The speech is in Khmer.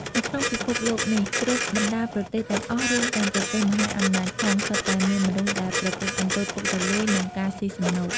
នៅក្នុងពិភពលោកនេះ គ្រប់បណ្ដាប្រទេសទាំងអស់ រួមទាំងប្រទេសមហាអំណាចផង សុទ្ធតែមានមនុស្សដែលប្រព្រឹត្តអំពើពុករលួយ និងការស៊ីសំណូក។